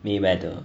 mayweather